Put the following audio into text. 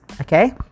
Okay